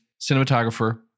cinematographer